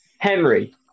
Henry